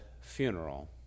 funeral